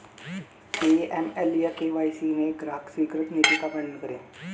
AML या KYC में ग्राहक स्वीकृति नीति का वर्णन करें?